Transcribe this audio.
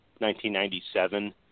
1997